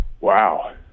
Wow